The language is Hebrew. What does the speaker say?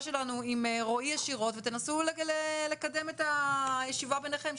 שלנו עם רועי ישירות ותנסו לקדם את הישיבה ביניכם,